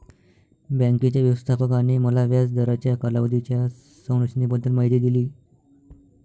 बँकेच्या व्यवस्थापकाने मला व्याज दराच्या कालावधीच्या संरचनेबद्दल माहिती दिली